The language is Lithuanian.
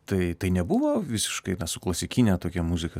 tai tai nebuvo visiškai na su klasikine tokia muzika